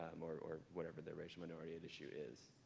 um or or whatever the racial minority and issue is.